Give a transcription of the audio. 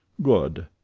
good!